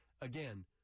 Again